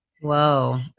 Whoa